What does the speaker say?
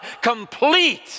complete